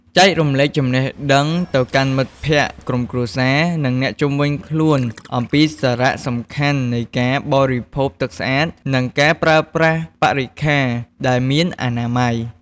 ចែករំលែកចំណេះដឹងទៅកាន់មិត្តភក្តិ ក្រុមគ្រួសារ និងអ្នកជុំវិញខ្លួនអំពីសារៈសំខាន់នៃការបរិភោគទឹកស្អាត និងការប្រើប្រាស់បរិក្ខាដែលមានអនាម័យ។